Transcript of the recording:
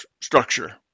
structure